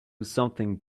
something